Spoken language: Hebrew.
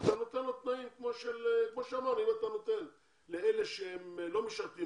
אתה נותן לו תנאים כמו שאתה נותן לאלה שלא משרתים